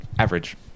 average